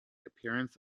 appearance